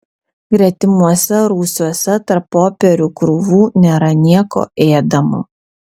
gretimuose rūsiuose tarp popierių krūvų nėra nieko ėdamo